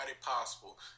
possible